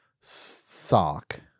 sock